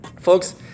Folks